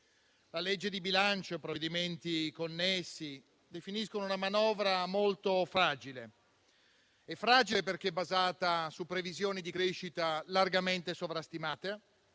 di legge di bilancio e i provvedimenti connessi definiscono una manovra molto fragile, perché basata su previsioni di crescita largamente sovrastimate